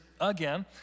again